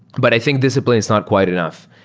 but i think discipline is not quite enough.